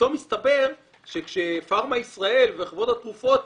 ופתאום מסתבר שכשפארמה ישראל וחברות התרופות,